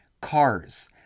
cars